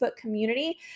community